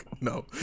No